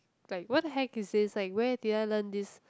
like what the heck is this like where did I learn this